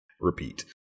repeat